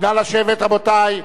נא לשבת, רבותי.